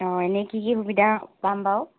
অঁ এনেই কি কি সুবিধা পাম বাৰু